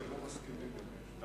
כשהם לא מסכימים ביניהם.